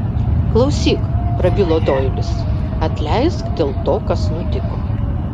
klausyk prabilo doilis atleisk dėl to kas nutiko